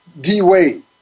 D-Wade